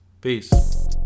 Peace